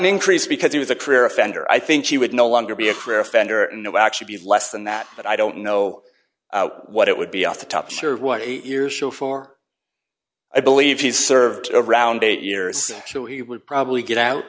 increase because he was a career offender i think he would no longer be a career offender and no actually be less than that but i don't know what it would be off the top sure of what eight years show for i believe he's served around eight years so he would probably get out